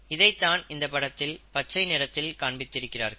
இதைத்தான் இந்தப் படத்தில் பச்சை நிறத்தில் காண்பித்திருக்கிறார்கள்